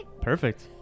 Perfect